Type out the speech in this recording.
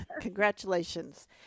Congratulations